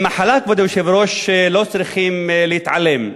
ממחלה, כבוד היושב-ראש, לא צריכים להתעלם,